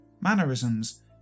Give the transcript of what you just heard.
mannerisms